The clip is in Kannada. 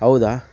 ಹೌದಾ